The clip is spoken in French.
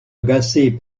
agacée